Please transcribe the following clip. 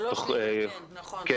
נכון,